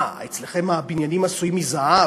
מה, אצלכם הבניינים עשויים מזהב?